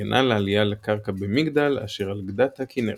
התארגנה לעלייה לקרקע במגדל אשר על גדת הכנרת.